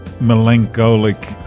melancholic